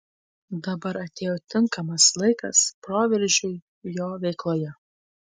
dabar atėjo tinkamas laikas proveržiui jo veikloje